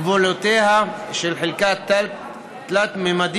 גבולותיה של חלקה תלת-ממדית